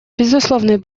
безусловный